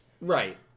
Right